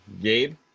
Gabe